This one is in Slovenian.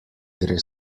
gre